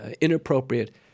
inappropriate